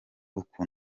uku